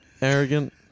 arrogant